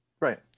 Right